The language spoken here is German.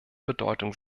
bedeutung